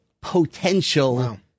potential